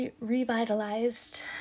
revitalized